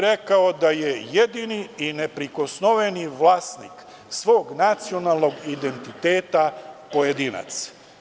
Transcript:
Rekao bih da je jedini i neprikosnoveni vlasnik svog nacionalnog identiteta pojedinac.